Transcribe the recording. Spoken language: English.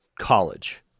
college